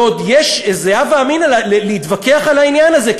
ועוד יש איזה הווה אמינא להתווכח על העניין הזה,